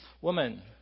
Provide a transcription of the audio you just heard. Woman